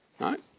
right